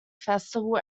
festival